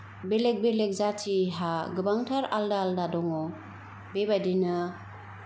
बेलेग बेलेग जाथिहा गोबांथार आलदा आलदा दङ बे बायदिनो